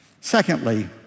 Secondly